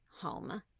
home